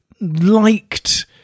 liked